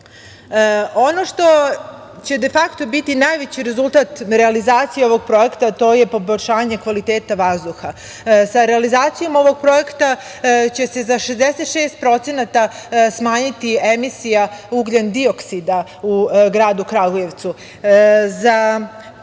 što će de fakto biti najveći rezultat realizacije ovog projekta je poboljšanje kvaliteta vazduha. Sa realizacijom ovog projekta će se za 66% smanjiti emisija ugljendioksida u gradu Kragujevcu.